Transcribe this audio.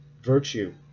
virtue